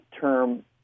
term